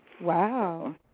Wow